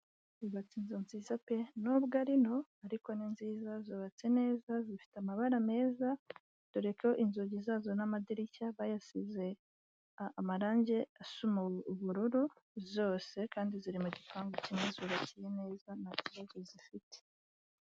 Hubatse inzu nziza pe, nubwo ari nto ariko ni nziza, zubatse neza zifite amabara meza, dore ko inzugi zazo n'amadirishya bayasize amarangi asa ubururu, zose kandi ziri mu gipangu zubakiye neza nta kibazo zifite.